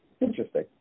Interesting